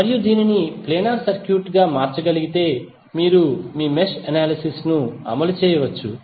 మరియు దీనిని planar circuit గా మార్చగలిగితే మీరు మీ మెష్ అనాలిసిస్ ను అమలు చేయవచ్చు